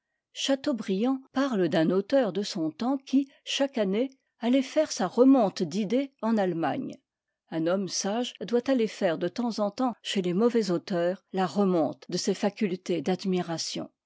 chateaubriand parle d'un auteur de son temps qui chaque année allait faire sa remonte d'idées en allemagne un homme sage doit aller faire de temps en temps chez les mauvais auteurs la remonte de ses facultés d'admiration